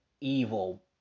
evil